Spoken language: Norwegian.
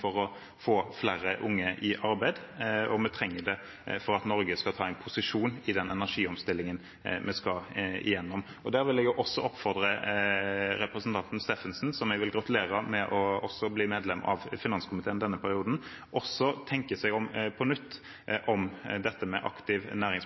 for å nå utslippsmålene, vi trenger det for å få flere unge i arbeid, og vi trenger det for at Norge skal ta en posisjon i den energiomstillingen vi skal gjennom. Og der vil jeg oppfordre representanten Steffensen, som jeg vil gratulere med å bli medlem av finanskomiteen denne perioden, til å tenke seg om på nytt